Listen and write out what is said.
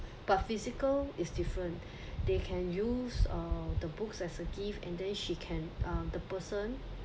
but physical is different they can use uh the books as a gift and then she can the person